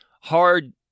hard